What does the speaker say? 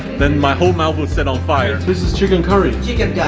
then my whole mouth would set on fire. this is chicken curry? chicken